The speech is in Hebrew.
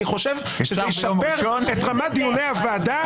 לדעתי, זה ישפר את רמת דיוני הוועדה.